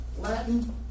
Latin